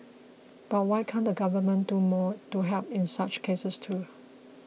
but why can't the government do more to help in such cases too